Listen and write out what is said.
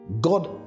God